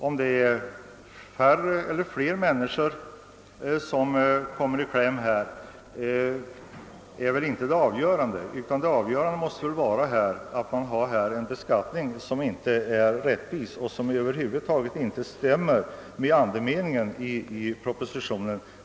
Om det är fler eller färre människor som kommer i kläm är väl inte det avgörande, utan det avgörande måste väl vara att detta är en beskattning som inte är rättvis och som inte svarar mot andemeningen i propositionen.